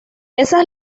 esas